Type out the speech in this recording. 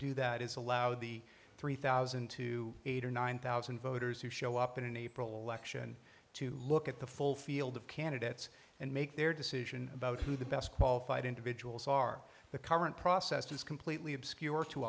do that is allow the three thousand to eight or nine thousand voters who show up in an april election to look at the full field of candidates and make their decision about who the best qualified individuals are the current process is completely obscure to